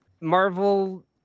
Marvel